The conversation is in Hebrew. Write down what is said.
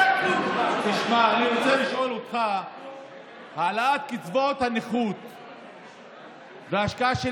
אני רוצה לשאול אותך: העלאת קצבאות הנכות והשקעה של